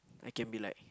I can be like